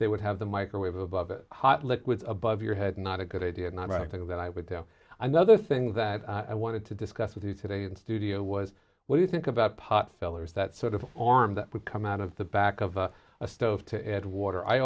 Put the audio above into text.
they would have the microwave above it hot liquids above your head not a good idea and i think that i would do another thing that i wanted to discuss with you today in studio was what you think about pot fillers that sort of arm that would come out of the back of a stove to add water i